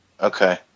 Okay